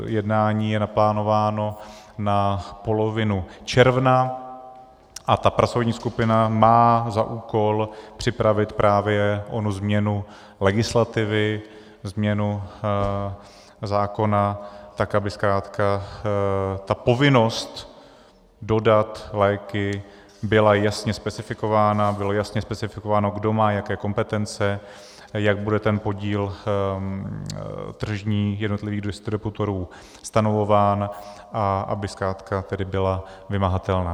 Jednání je naplánováno na polovinu června, Ta pracovní skupina má za úkol připravit právě onu změnu legislativy, změnu zákona tak, aby zkrátka povinnost dodat léky byla jasně specifikována, bylo jasně specifikováno, kdo má jaké kompetence a jak bude tržní podíl jednotlivých distributorů stanovován, a aby zkrátka tedy byla vymahatelná.